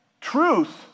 Truth